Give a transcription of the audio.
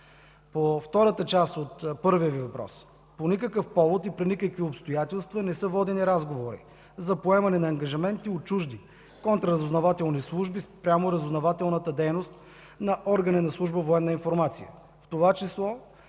По втората част от първия Ви въпрос: